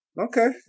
Okay